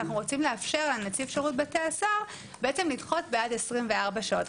אנחנו רוצים לאפשר לנציב שירות בתי הסוהר לדחות בעד 24 שעות.